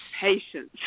patience